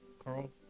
Carl